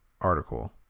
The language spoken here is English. article